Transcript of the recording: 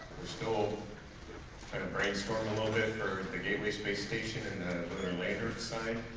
we're still kind of brainstorming a little bit for the gateway space station and the lunar lander side.